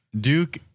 Duke